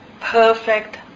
perfect